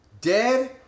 dead